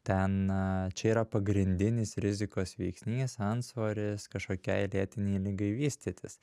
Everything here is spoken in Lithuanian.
ten čia yra pagrindinis rizikos veiksnys antsvoris kažkokiai lėtinei ligai vystytis